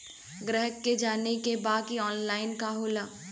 ग्राहक के जाने के बा की ऑनलाइन का होला?